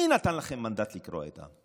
מי נתן לכם מנדט לקרוע את העם?